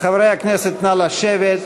חברי הכנסת, נא לשבת.